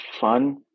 fun